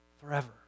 forever